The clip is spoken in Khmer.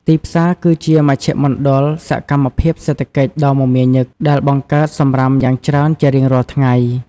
ទីផ្សារគឺជាមជ្ឈមណ្ឌលសកម្មភាពសេដ្ឋកិច្ចដ៏មមាញឹក ដែលបង្កើតសំរាមយ៉ាងច្រើនជារៀងរាល់ថ្ងៃ។